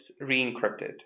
re-encrypted